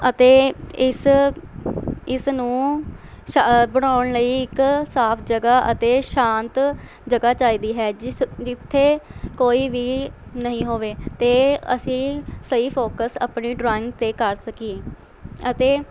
ਅਤੇ ਇਸ ਇਸ ਨੂੰ ਸ਼ ਬਣਾਉਣ ਲਈ ਇੱਕ ਸਾਫ ਜਗ੍ਹਾ ਅਤੇ ਸ਼ਾਂਤ ਜਗ੍ਹਾ ਚਾਹੀਦੀ ਹੈ ਜਿਸ ਜਿੱਥੇ ਕੋਈ ਵੀ ਨਹੀਂ ਹੋਵੇ ਅਤੇ ਅਸੀਂ ਸਹੀ ਫੋਕਸ ਆਪਣੀ ਡਰਾਇੰਗ 'ਤੇ ਕਰ ਸਕੀਏ ਅਤੇ